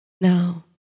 now